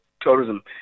tourism